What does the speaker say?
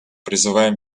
призываем